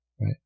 Right